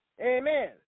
Amen